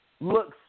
looks